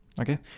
okay